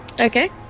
Okay